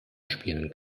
spielen